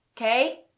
okay